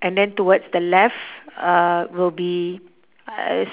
and then towards the left uh will be uh s~